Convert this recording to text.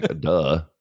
duh